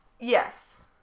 Yes